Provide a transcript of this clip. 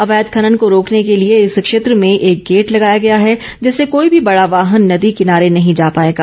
अवैध खनन को रोकने के लिए इस क्षेत्र में एक गेट लगाया गया है जिससे कोई भी बड़ा वाहन नदी किनारे नहीं जा पाएगा